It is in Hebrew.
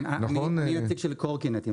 אני נציג של קורקינטים.